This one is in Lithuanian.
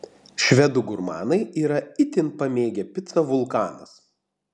švedų gurmanai yra itin pamėgę picą vulkanas